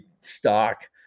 stock